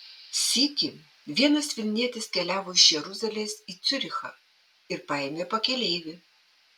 sykį vienas vilnietis keliavo iš jeruzalės į ciurichą ir paėmė pakeleivį